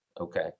okay